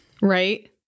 Right